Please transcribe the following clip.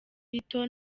rito